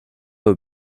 aux